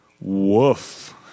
Woof